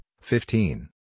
fifteen